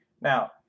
Now